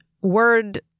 word